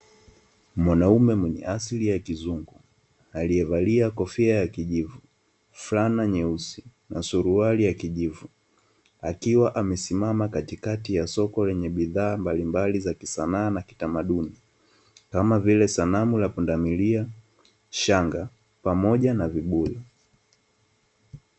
Mwanaume mwenye asili ya kizungu aliyevalia kofia ya kijivu, fulana nyeusi, na suruali ya kijivu, akiwa amesimama katikati ya soko lenye bidhaa mbalimbali za kisanaa na kitamaduni, kama vile sanamu la pundamilia, shanga, pamoja na vibuyu.